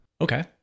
Okay